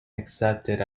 accepted